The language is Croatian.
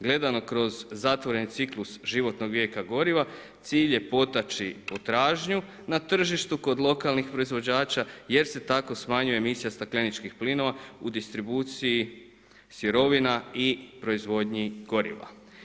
Gledano kroz zatvoreni ciklus životnog vijeka goriva, cilj je potaći potražnju na tržištu kod lokalnih proizvođača jer se tako smanjuje emisija stakleničkih plinova u distribuciji sirovina i proizvodnji goriva.